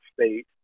state